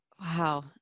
wow